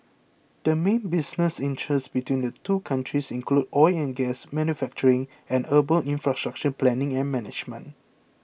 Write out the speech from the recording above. the main business interests between the two countries include oil and gas manufacturing and urban infrastructure planning and management